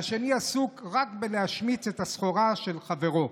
והשני עסוק רק בלהשמיץ את הסחורה של חברו.